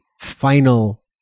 final